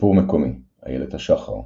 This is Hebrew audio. סיפור מקומי - איילת השחר,